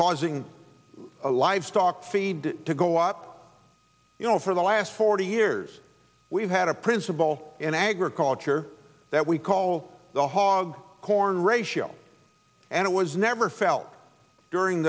causing a livestock feed to go up you know for the last forty years we've had a principle in agriculture that we called the hog corn ratio and it was never felt during